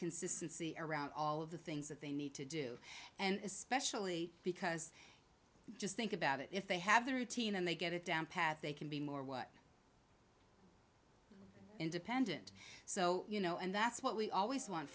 consistency around all of the things that they need to do and especially because just think about it if they have the routine and they get it down pat they can be more what independent so you know and that's what we always want